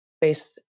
based